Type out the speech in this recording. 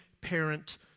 parent